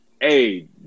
hey